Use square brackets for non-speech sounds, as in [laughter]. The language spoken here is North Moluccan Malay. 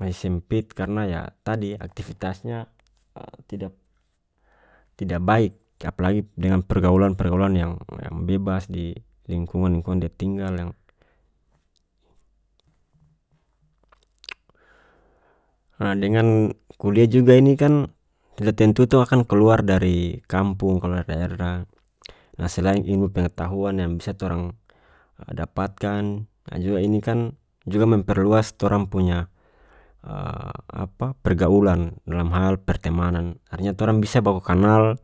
mai sempit karena yah tadi aktifitasnya [hesitation] tidak- tidak baik apalagi dengan pergaulan-pergaulan yang- yang bebas di lingkungan-lingkungan dia tinggal yang ha dengan kuliah juga ini kan sudah tentu tong akan keluar dari kampung keluar daerah nah selain ilmu pengetahuan yang bisa torang [hesitation] dapatkan ah juga ini kan juga memperluas torang punya [hesitation] apa pergaulan dalam hal pertemanan artinya torang bisa baku kanal.